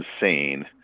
insane